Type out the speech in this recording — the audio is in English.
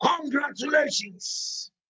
Congratulations